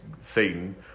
Satan